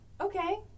Okay